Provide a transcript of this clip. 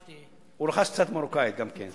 ורכשתי, הוא רכש קצת מרוקאית גם כן.